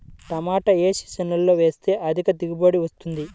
టమాటా ఏ సీజన్లో వేస్తే అధిక దిగుబడి వస్తుంది?